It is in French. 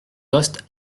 lost